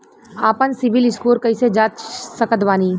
आपन सीबील स्कोर कैसे जांच सकत बानी?